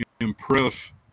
impress